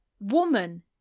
woman